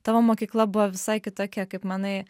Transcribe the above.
tavo mokykla buvo visai kitokia kaip manai